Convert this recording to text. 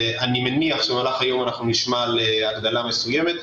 אני מניח שבמהלך היום נשמע על הגדלה מסוימת.